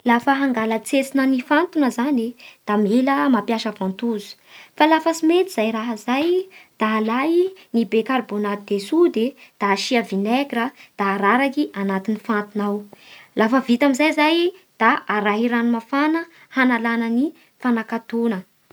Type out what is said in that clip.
Lafa hangala tsentsina ny fantona zany e, da mila mapiasa ventouse, fa lafa tsy mety zay raha zay da alay ny be karibonaty de sody e da asia vinegra da araraky anatin'ny fantina ao. Lafa vita amin'izay zay da arahy rano mafana hanalana ny fanakatona